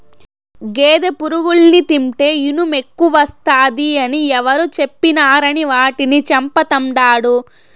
గేదె పురుగుల్ని తింటే ఇనుమెక్కువస్తాది అని ఎవరు చెప్పినారని వాటిని చంపతండాడు